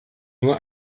nur